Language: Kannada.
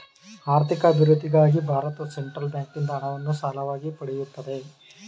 ಆರ್ಥಿಕ ಅಭಿವೃದ್ಧಿಗಾಗಿ ಭಾರತವು ಸೆಂಟ್ರಲ್ ಬ್ಯಾಂಕಿಂದ ಹಣವನ್ನು ಸಾಲವಾಗಿ ಪಡೆಯುತ್ತದೆ